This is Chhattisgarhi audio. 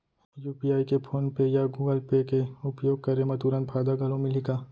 यू.पी.आई के फोन पे या गूगल पे के उपयोग करे म तुरंत फायदा घलो मिलही का?